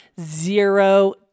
zero